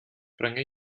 prengué